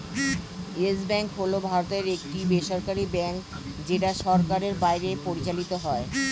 yes Bank হল ভারতের একটি বেসরকারী ব্যাঙ্ক যেটা সরকারের বাইরে পরিচালিত হয়